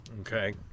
Okay